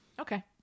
Okay